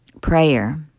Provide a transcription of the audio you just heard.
prayer